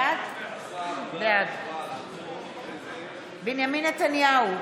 בעד בנימין נתניהו,